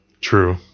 true